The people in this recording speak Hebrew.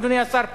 אדוני השר פלד,